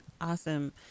Awesome